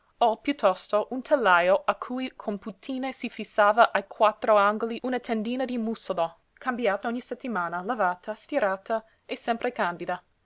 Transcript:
o piuttosto un telajo a cui con puntine si fissava ai quattro angoli una tendina di mussolo cambiata ogni settimana lavata stirata e sempre candida